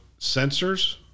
sensors